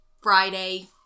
Friday